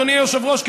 אדוני היושב-ראש,